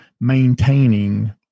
maintaining